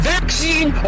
Vaccine